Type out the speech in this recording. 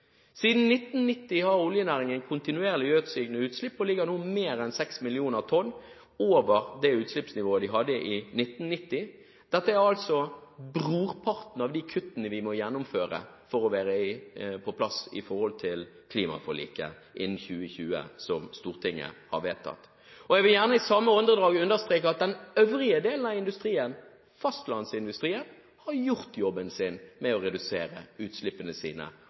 Siden 1990 har oljenæringen kontinuerlig økt sine utslipp og ligger nå mer enn 6 millioner tonn over det utslippsnivået de hadde i 1990. Dette er altså brorparten av de kuttene vi må gjennomføre for å være på plass med klimaforliket innen 2020, som Stortinget har vedtatt. Jeg vil gjerne i samme åndedrag understreke at den øvrige delen av industrien, fastlandsindustrien, har gjort jobben sin med å redusere utslippene sine